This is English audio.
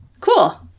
Cool